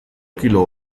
kilo